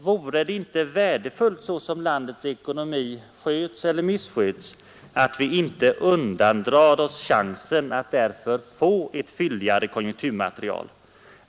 Vore det inte värdefullt, så som landets ekonomi sköts eller missköts, att vi inte undandrar oss chansen att få ett fylligare konjunkturmaterial?